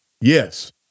Yes